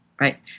Right